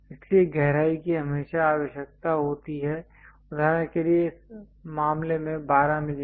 इसलिए गहराई की हमेशा आवश्यकता होती है उदाहरण के लिए इस मामले में 12 mm